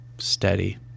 Steady